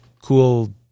cool